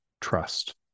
Trust